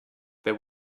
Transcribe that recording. there